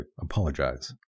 apologize